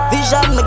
Vision